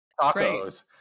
tacos